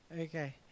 Okay